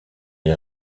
les